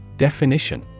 Definition